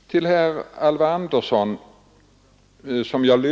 också herr Alvar Andersson framhöll.